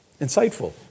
insightful